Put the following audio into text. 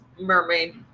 Mermaid